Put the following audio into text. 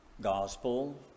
gospel